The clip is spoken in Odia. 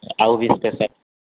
ଆଉ କିଛିଟା